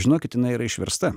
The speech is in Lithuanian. žinokit jinai yra išversta